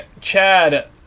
Chad